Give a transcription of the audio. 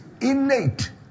innate